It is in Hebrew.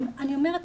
אני אומרת,